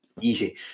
easy